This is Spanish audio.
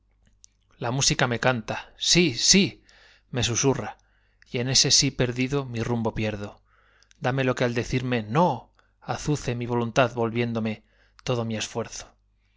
la música me canta sí sí me susurra y en ese sí perdido mi rumbo pierdo dame lo que al decirme no azuce mi voluntad volviéndome todo mi esfuerzo